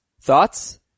Thoughts